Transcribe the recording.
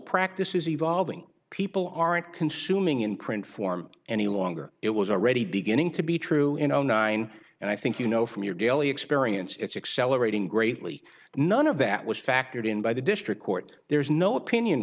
practice is evolving people aren't consuming in print form any longer it was already beginning to be true in zero nine and i think you know from your daily experience it's accelerating greatly none of that was factored in by the district court there is no opinion